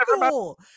cool